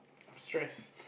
stress